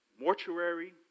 mortuary